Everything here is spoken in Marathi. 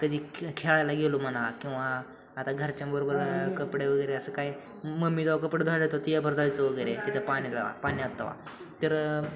कधी खे खेळायला गेलो म्हण किंवा आता घरच्याबरोबर कपडे वगैरे असं काय मम्मी जेव्हा कपडे धुंडत होती तिला बाहेर जायचं वगैरे तिथे पाणी लावा पाण्यात तेवा तर